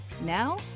Now